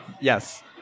Yes